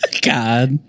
God